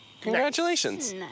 Congratulations